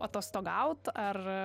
atostogaut ar